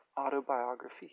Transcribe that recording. autobiography